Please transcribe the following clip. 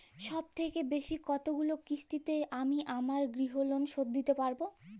সবথেকে বেশী কতগুলো কিস্তিতে আমি আমার গৃহলোন শোধ দিতে পারব?